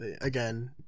again